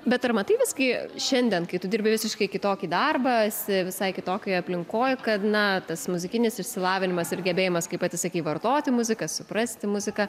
bet ar matai visgi šiandien kai tu dirbi visiškai kitokį darbą esi visai kitokioje aplinkoj kad na tas muzikinis išsilavinimas ir gebėjimas kaip pati sakei vartoti muziką suprasti muziką